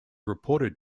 reported